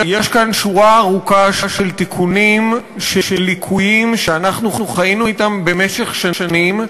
יש כאן שורה ארוכה של תיקונים של ליקויים שאנחנו חיינו אתם במשך שנים,